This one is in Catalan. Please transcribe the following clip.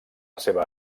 seva